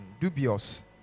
dubious